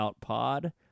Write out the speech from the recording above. Pod